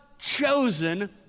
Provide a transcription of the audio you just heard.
chosen